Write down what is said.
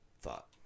thought